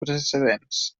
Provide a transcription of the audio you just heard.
precedents